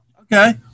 Okay